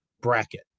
bracket